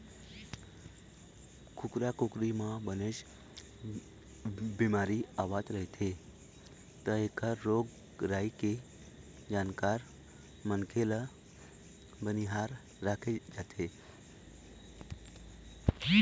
कुकरा कुकरी म बनेच बिमारी आवत रहिथे त एखर रोग राई के जानकार मनखे ल बनिहार राखे जाथे